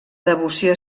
devoció